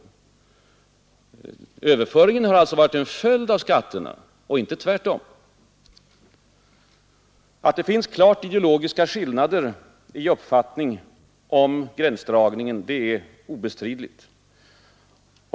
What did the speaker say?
Överföringen har alltså varit en följd av skatterna och inte tvärtom. Att det finns klart ideologiska skillnader i uppfattning om denna gränsdragning är obestridligt.